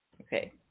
Okay